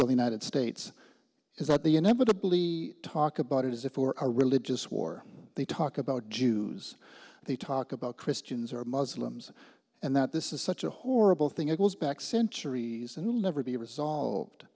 really not it states is that the inevitably talk about it is it for a religious war they talk about jews they talk about christians or muslims and that this is such a horrible thing it goes back centuries and will never be resolved